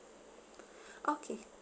okay